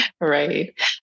Right